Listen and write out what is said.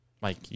Mike